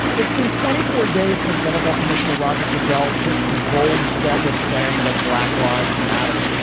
it's been twenty four days since nfl commissioner roger goodell took the bold step of saying that black lives matter,